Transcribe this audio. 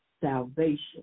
salvation